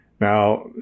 now